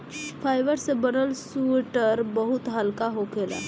fibre से बनल sweater बहुत हल्का होखेला